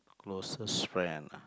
closest friend ah